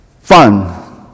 fun